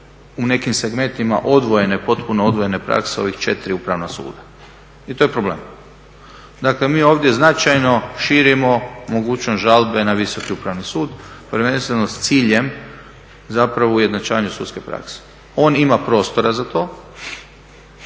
u nekim segmentima odvojene, potpuno odvojene prakse ovih četiri upravna suda i to je problem. Dakle mi ovdje značajno širimo mogućnost žalbe na Visoki upravni sud prvenstveno s ciljem zapravo ujednačavanje sudske prakse. On ima prostora za to.